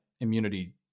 immunity